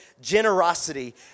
generosity